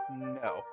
No